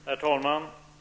Herr talman!